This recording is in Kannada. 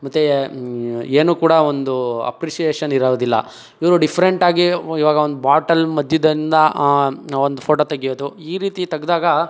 ಮತ್ತು ಏನು ಕೂಡ ಒಂದು ಅಪ್ರಿಸಿಯೇಷನ್ ಇರೋದಿಲ್ಲ ಇವರು ಡಿಫ್ರೆಂಟಾಗಿ ಇವಾಗ ಒಂದು ಬಾಟಲ್ ಮಧ್ಯದಿಂದ ಆ ಒಂದು ಫೋಟೋ ತೆಗಿಯೋದು ಈ ರೀತಿ ತೆಗ್ದಾಗ